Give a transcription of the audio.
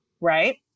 Right